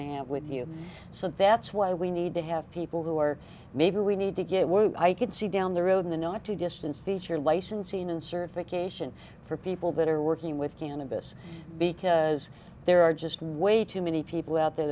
to have with you so that's why we need to have people who are maybe we need to get wood i can see down the road in the not too distant future licensing and certification for people that are working with cannabis because there are just way too many people out there